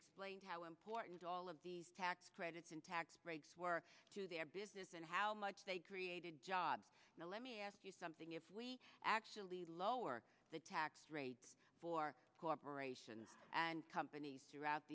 explain how important all of these tax credits and tax breaks were to their business and how much they created jobs now let me ask you something if we actually lower the tax rate for corporation and companies throughout